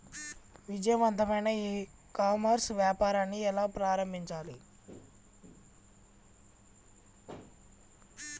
విజయవంతమైన e commerce వ్యాపారాన్ని ఎలా ప్రారంభించాలి?